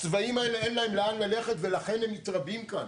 הצבאים האלה אין להם לאן ללכת ולכן הם מתרבים כאן.